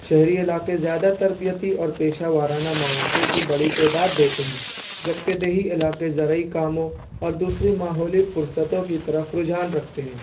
شہری علاقے زیادہ تربیتی اور پیشہ وارانہ مواقع کی بڑی تعداد دیتے ہیں جبکہ دیہی علاقے زرعی کاموں اور دوسرے ماحولی فرصتوں کی طرف رجحان رکھتے ہیں